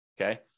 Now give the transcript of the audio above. Okay